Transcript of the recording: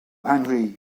henry